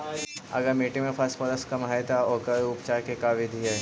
अगर मट्टी में फास्फोरस कम है त ओकर उपचार के का बिधि है?